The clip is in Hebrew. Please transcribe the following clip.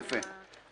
יפה.